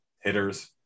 hitters